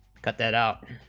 cut that out